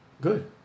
Good